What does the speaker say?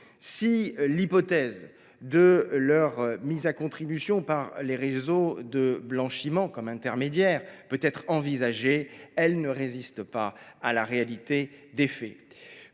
Si l’hypothèse de leur mise à contribution par les réseaux de blanchiment, en tant qu’intermédiaires, peut être envisagée, elle ne résiste pas à la réalité des faits.